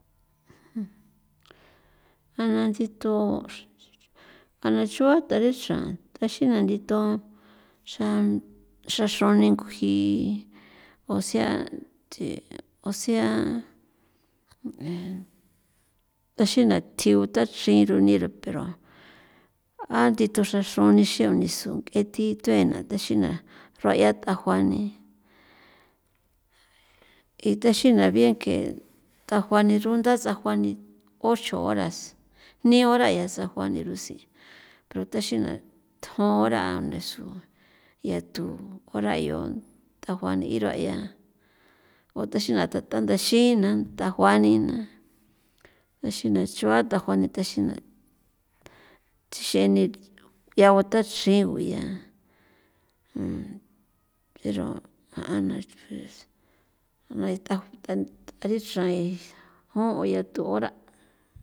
a na nchithon a na nchua tarexa taxina ndithon xra xrani nguji o sea osea taxina thiu tha chrin xiruni ro pero a nthi tho xra xro'on ni nison thi thuen na tjexi na xruaya thjakjua ni ithexina'a bien que thjajua ni runda tsajua ni ocho horas jni hora yaa sejua rusi ni pero the xina thjon hora nisun yatu hora yo tjajua n'i ruaya o the xi tathandaxi na tjajua ni na exina chua'a thajua ni xe'e ni yaa uthachrin nguya pero ja'an na jo'on yatu hora.